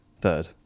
third